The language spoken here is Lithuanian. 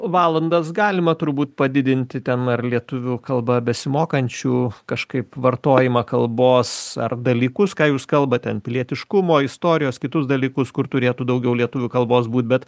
valandas galima turbūt padidinti ten ar lietuvių kalba besimokančių kažkaip vartojimą kalbos ar dalykus ką jūs kalbate ten pilietiškumo istorijos kitus dalykus kur turėtų daugiau lietuvių kalbos būt bet